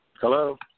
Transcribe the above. Hello